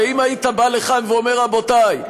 הרי אם היית בא לכאן ואומר: רבותי,